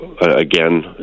again